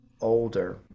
older